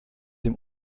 dem